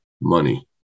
money